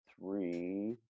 three